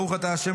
ברוך אתה ה',